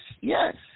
Yes